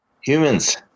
Humans